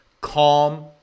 calm